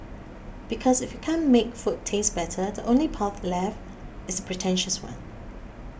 because if you can't make food taste better the only path left is pretentious one